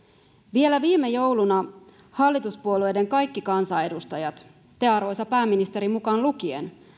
vielä viime jouluna hallituspuolueiden kaikki kansanedustajat te arvoisa pääministeri mukaan lukien